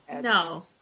no